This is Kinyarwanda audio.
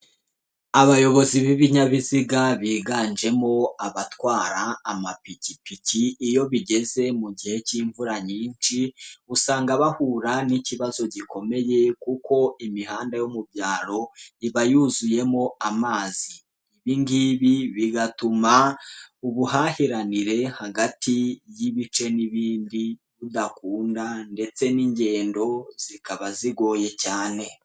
Abayobozi b'ibinyabiziga biganjemo abatwara amapikipiki, iyo bigeze mu gihe cy'imvura nyinshi, usanga bahura n'ikibazo gikomeye kuko imihanda yo mu byaro, iba yuzuyemo amazi, ibi ngibi bigatuma ubuhahiranire hagati y'ibice n'ibindi budakunda ndetse n'ingendo zikaba zigoye cyane.